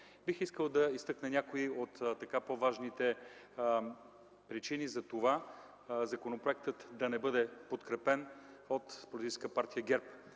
Бих искал да изтъкна някои от по-важните причини за това законопроектът да не бъде подкрепен от Политическа партия ГЕРБ.